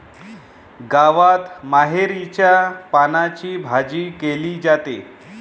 गावात मोहरीच्या पानांची भाजी केली जाते